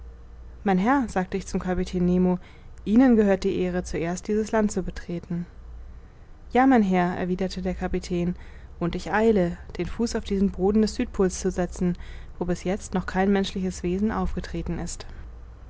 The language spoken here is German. mein herr sagte ich zum kapitän nemo ihnen gehört die ehre zuerst dieses land zu betreten ja mein herr erwiderte der kapitän und ich eile den fuß auf diesen boden des südpols zu setzen wo bis jetzt noch kein menschliches wesen aufgetreten ist